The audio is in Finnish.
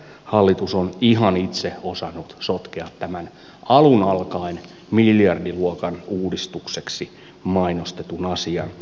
hallitus on ihan itse osannut sotkea tämän alun alkaen miljardiluokan uudistukseksi mainostetun asian